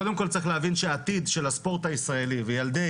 קודם כל חשוב להבין שהעתיד של הספורט הישראלי וילדי